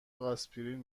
آسپرین